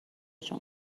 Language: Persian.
جون